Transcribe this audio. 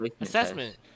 assessment